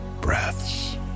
breaths